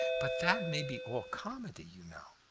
but that may be all comedy, you know.